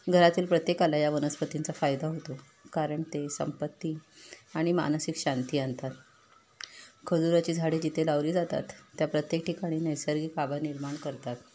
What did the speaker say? घरातील प्रत्येकाला या वनस्पतींचा फायदा होतो कारण ते संपत्ती आणि मानसिक शांती आणतात खजुराची झाडे जिथे लावली जातात त्या प्रत्येक ठिकाणी नैसर्गिक आभा निर्माण करतात